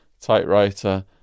typewriter